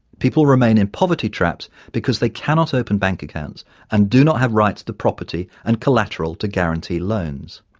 people remain in poverty traps because they cannot open bank accounts and do not have rights to property and collateral to guarantee loans.